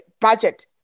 budget